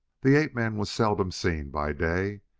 the ape-man was seldom seen by day,